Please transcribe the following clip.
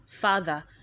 father